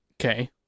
Okay